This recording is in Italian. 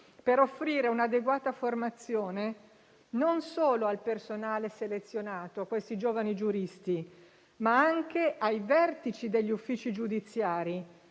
per offrire un'adeguata formazione non solo al personale selezionato (questi giovani giuristi), ma anche ai vertici degli uffici giudiziari,